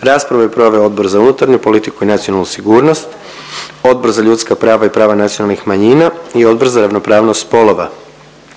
Raspravu je proveo Odbor za unutarnju politiku i nacionalnu sigurnost, Odbor za ljudska prava i prava nacionalnih manjina i Odbor za ravnopravnost spolova.